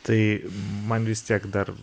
tai man vis tiek dar